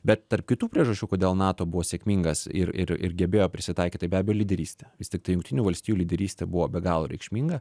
bet tarp kitų priežasčių kodėl nato buvo sėkmingas ir ir ir gebėjo prisitaikyt tai be abejo lyderystė vis tiktai jungtinių valstijų lyderystė buvo be galo reikšminga